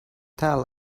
tell